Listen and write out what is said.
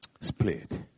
split